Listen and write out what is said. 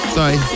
Sorry